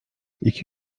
iki